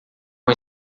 com